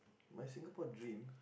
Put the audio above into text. my Singapore dream